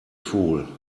fool